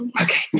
Okay